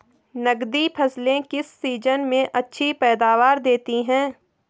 नकदी फसलें किस सीजन में अच्छी पैदावार देतीं हैं?